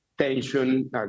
tension